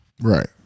Right